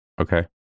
Okay